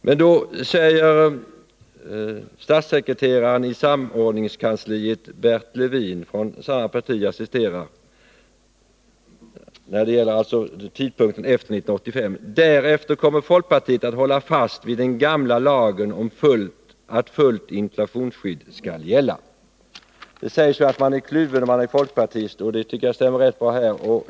Folkpartiets statssekreterare i samordningskansliet, Bert Levin, säger så här om inflationsskyddet efter 1985: ”Därefter kommer folkpartiet att hålla fast vid den gamla lagen att fullt inflationsskydd skall gälla.” Det sägs att folkpartister är kluvna, och det tycker jag stämmer rätt bra i detta fall.